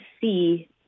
see